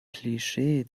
klischee